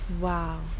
Wow